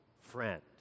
friend